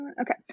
Okay